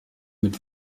mit